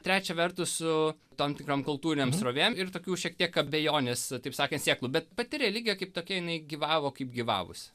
trečia vertus su tom tikrom kultūrinėm srovėm ir tokių šiek tiek abejonės taip sakant sėklų bet pati religija kaip tokia jinai gyvavo kaip gyvavusi